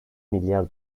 milyar